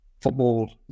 football